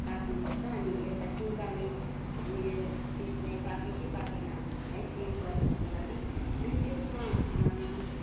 काट्नुपर्छ अनि एउटा सिन्काले हामीले त्यसलाई पाक्यो कि पाकेन है चेक गर्नुको लागि अनि त्यसमा